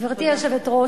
גברתי היושבת-ראש,